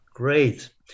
Great